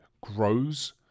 Grows